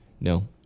no